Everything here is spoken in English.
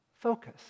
focus